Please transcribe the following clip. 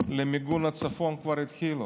למיגון הצפון, כבר התחילו.